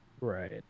Right